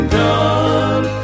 done